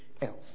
else